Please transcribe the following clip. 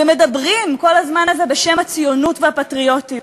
ומדברים כל הזמן הזה בשם הציונות והפטריוטיות.